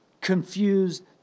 confused